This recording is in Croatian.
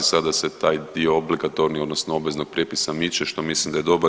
Sada se taj dio obligatorni, odnosno obveznog prijepisa miče što mislim da je dobar.